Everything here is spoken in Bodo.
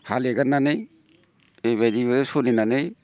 हाल एगारनानै बेबायदिबो सोलिनानै